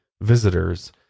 visitors